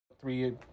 three